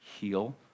heal